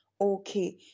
Okay